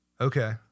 Okay